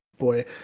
boy